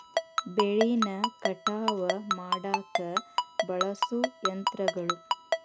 ಬೆಳಿನ ಕಟಾವ ಮಾಡಾಕ ಬಳಸು ಯಂತ್ರಗಳು